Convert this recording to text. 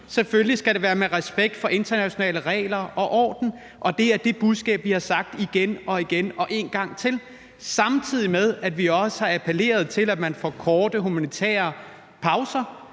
Selvfølgelig skal det være i respekt for internationale regler og orden, og det er det budskab, vi er kommet med igen og igen og en gang til, samtidig med at vi også har appelleret til, at man får korte humanitære pauser,